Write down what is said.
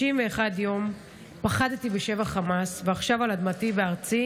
51 יום פחדתי בשבי חמאס, ועכשיו על אדמתי, בארצי,